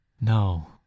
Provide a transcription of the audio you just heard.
No